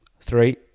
Three